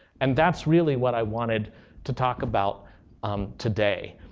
and that's really what i wanted to talk about um today.